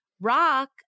rock